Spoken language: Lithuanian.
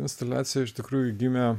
instaliacija iš tikrųjų gimė